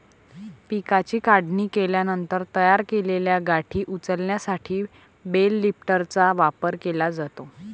पिकाची काढणी केल्यानंतर तयार केलेल्या गाठी उचलण्यासाठी बेल लिफ्टरचा वापर केला जातो